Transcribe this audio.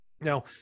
Now